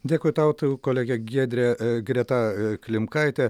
dėkui tau tau kolegė giedrė greta klimkaitė